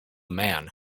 man